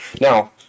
Now